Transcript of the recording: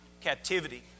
captivity